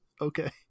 Okay